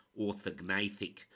orthognathic